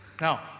Now